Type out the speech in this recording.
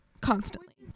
constantly